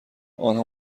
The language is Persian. آنها